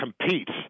competes